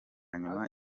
nyuma